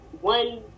one